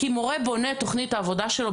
כי מורה בונה את תוכנית העבודה שלו,